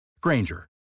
Granger